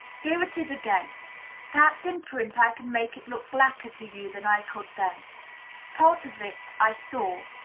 here it is again perhaps in print i can make it look blacker to you than i could then part of it i saw,